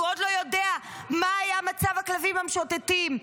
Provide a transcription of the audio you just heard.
הוא עוד לא יודע מה היה מצב הכלבים המשוטטים.